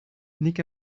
nik